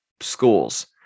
schools